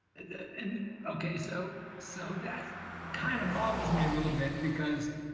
and okay. so so, that kind of bothers me a little bit because